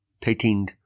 taking